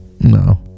No